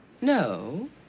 No